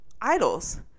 idols